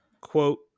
quote